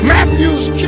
Matthew's